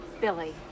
Billy